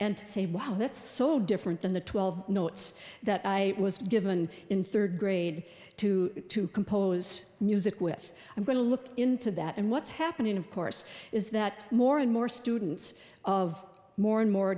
and say wow that's so different than the twelve notes that i was given in third grade too to compose music with i'm going to look into that and what's happening of course is that more and more students of more and more